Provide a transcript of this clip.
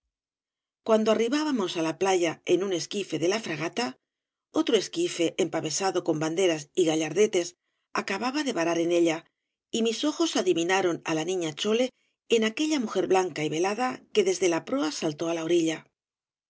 cuando arribábamos á la playa en un esquife de la fragata otro esquife empavesado con banderas y gallardetes acababa de varar en ella y mis ojos adivinaron á la niña chole en aquella mujer blanca y velada que desde la proa saltó á la orilla